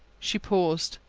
she paused.